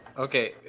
Okay